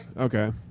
Okay